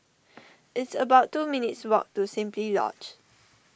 it's about two minutes' walk to Simply Lodge